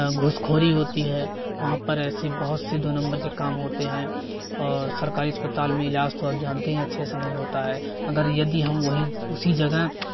घूसखोरी होती है वहाँ पर ऐसे बहुत से दो नंबर के काम होते हैं और सरकारी अस्पताल में इलाज तो आप जानते हैं अच्छे से नहीं होता है अगर यदि हम वही उसी जगह